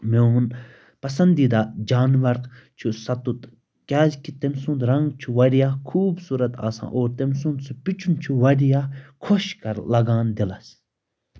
میون پَسنٛدیٖدہ جانَور چھُ سَتُت کیٛازِ کہِ تٔمۍ سُنٛد رنٛگ چھُ واریاہ خوٗبصوٗرت آسان اور تٔمۍ سُنٛد سُہ پِچُن چھُ واریاہ خۄش کَر لَگان دِلَس